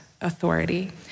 authority